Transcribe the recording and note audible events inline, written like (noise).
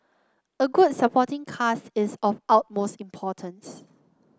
a good supporting cast is of (unintelligible) importance